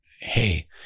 hey